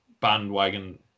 bandwagon